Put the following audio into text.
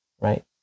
right